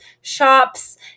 shops